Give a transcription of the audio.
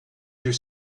you